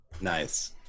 Nice